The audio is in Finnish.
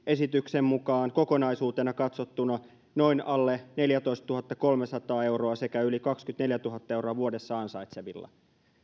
esityksen mukaan kokonaisuutena katsottuna noin alle neljätoistatuhattakolmesataa euroa sekä yli kaksikymmentäneljätuhatta euroa vuodessa ansaitsevilla